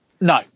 No